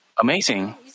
amazing